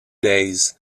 days